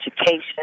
education